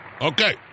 Okay